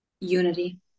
Unity